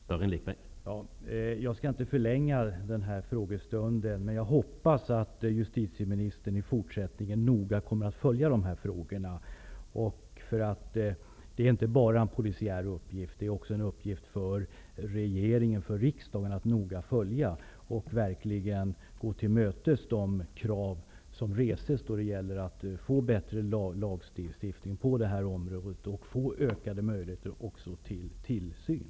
Herr talman! Jag skall inte förlänga frågestunden, men jag hoppas att justitieministern i fortsättningen noga kommer att följa de här frågorna. Det är inte bara en polisiär uppgift. Det är också en uppgift för regering och riksdag att noga följa de här frågorna och verkligen gå de krav till mötes som reses då det gäller att få bättre lagstiftning på det här området och att få ökade möjligheter till tillsyn.